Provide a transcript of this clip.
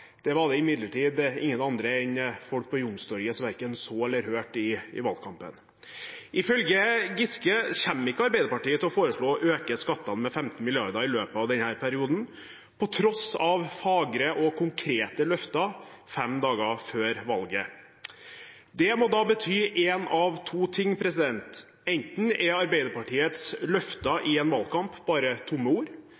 Det var det imidlertid ingen andre enn folk på Youngstorget som verken så eller hørte i valgkampen. Ifølge Giske kommer ikke Arbeiderpartiet til å foreslå å øke skattene med 15 mrd. kr i løpet av denne perioden, på tross av fagre og konkrete løfter fem dager før valget. Det må bety én av to ting: Enten er Arbeiderpartiets løfter